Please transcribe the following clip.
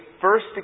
first